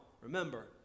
remember